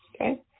Okay